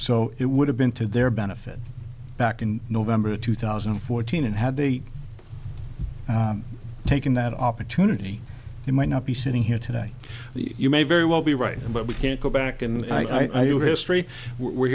so it would have been to their benefit back in november of two thousand and fourteen and had they taken that opportunity you might not be sitting here today you may very well be right but we can't go back